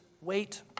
wait